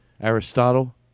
Aristotle